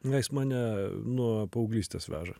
na jis mane nuo paauglystės veža